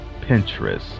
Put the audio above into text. Pinterest